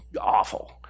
awful